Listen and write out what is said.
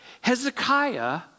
Hezekiah